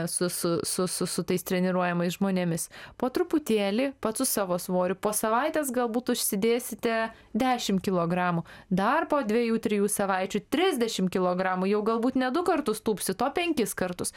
su su su su su tais treniruojamais žmonėmis po truputėlį pats su savo svoriu po savaitės galbūt užsidėsite dešim kilogramų dar po dviejų trijų savaičių trisdešim kilogramų jau galbūt ne du kartus tūpsit o penkis kartus